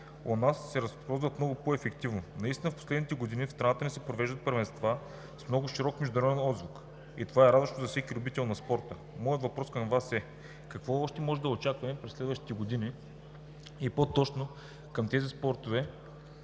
у нас, се разходват много по-ефективно. Наистина в последните години в страната ни се провеждат първенства с много широк международен отзвук и това е радващо за всеки любител на спорта. Моят въпрос към Вас е: какво още може да очакваме през следващите години и по-точно от тези спортове,